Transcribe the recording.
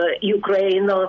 Ukraine